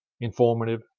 informative